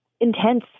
intense